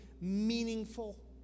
meaningful